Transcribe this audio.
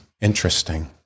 Interesting